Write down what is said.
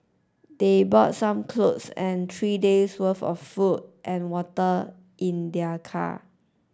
they brought some clothes and three days'worth of food and water in their car